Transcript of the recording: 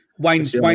Wayne's